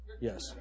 Yes